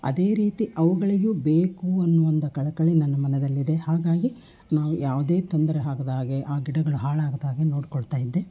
ಅದೇ ರೀತಿ ಅವುಗಳಿಗೂ ಬೇಕು ಅನ್ನುವ ಒಂದು ಕಳಕಳಿ ನನ್ನ ಮನದಲ್ಲಿದೆ ಹಾಗಾಗಿ ನಾವು ಯಾವುದೇ ತೊಂದರೆ ಆಗದ ಹಾಗೆ ಆ ಗಿಡಗಳು ಹಾಳಾಗದಾಗೆ ನೋಡ್ಕೊಳ್ತಾಯಿದ್ದೆ